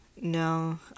no